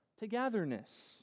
togetherness